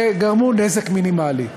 וגרמו נזק מינימלי.